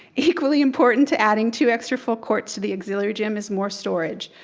equally important to adding two extra full courts to the auxiliary gym is more storage.